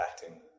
acting